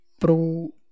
pro